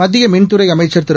மத்திய மின்துறை அமைச்சர் திரு